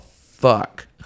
fuck